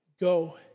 go